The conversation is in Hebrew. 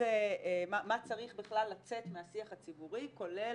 מה צריך בכלל לצאת מהשיח הציבורי כולל